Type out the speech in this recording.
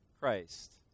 Christ